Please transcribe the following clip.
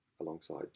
alongside